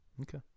Okay